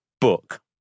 book